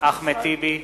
אחמד טיבי,